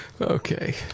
Okay